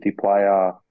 player